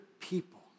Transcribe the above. people